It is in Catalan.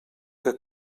que